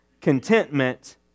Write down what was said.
contentment